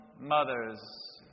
mothers